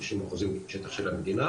30% שטח של המדינה,